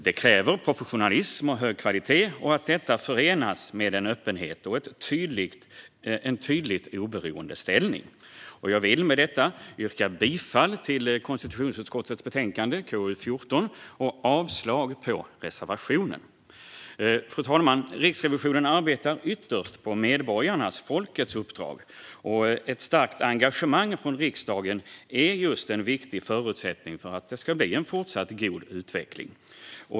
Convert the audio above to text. Det kräver professionalism och hög kvalitet och att detta förenas med öppenhet och en tydligt oberoende ställning. Jag vill med detta yrka bifall till konstitutionsutskottets förslag i betänkandet KU14 och avslag på reservationen. Fru talman! Riksrevisionen arbetar ytterst på medborgarnas - folkets - uppdrag. Ett starkt engagemang från riksdagen är just en viktig förutsättning för att det ska bli en fortsatt god utveckling.